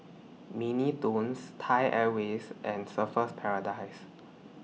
Mini Toons Thai Airways and Surfer's Paradise